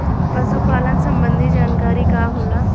पशु पालन संबंधी जानकारी का होला?